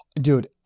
Dude